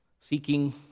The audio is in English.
seeking